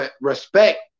respect